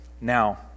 Now